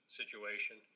situation